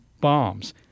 bombs